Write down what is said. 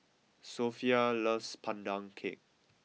Sophia loves Pandan Cake